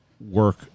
work